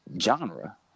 genre